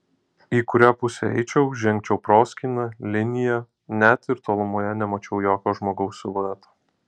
į kurią pusę eičiau žengčiau proskyna linija net ir tolumoje nemačiau jokio žmogaus silueto